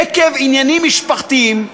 עקב עניינים משפחתיים,